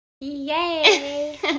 Yay